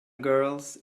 girls